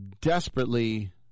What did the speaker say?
desperately